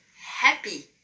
happy